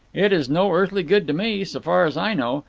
it is no earthly good to me, so far as i know.